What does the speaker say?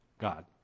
God